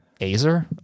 Azer